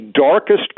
darkest